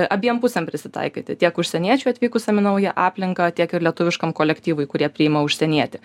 abiem pusėm prisitaikyti tiek užsieniečiui atvykusiam į naują aplinką tiek ir lietuviškam kolektyvui kurie priima užsienietį